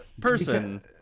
person